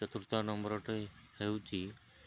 ଚତୁର୍ଥ ନମ୍ବରଟେ ହେଉଛି